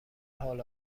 حال